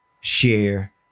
share